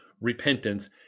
repentance